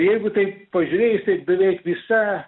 jeigu taip pažiūrėjus tai beveik visa